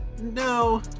no